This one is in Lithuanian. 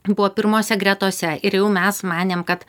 buvo pirmose gretose ir jau mes manėm kad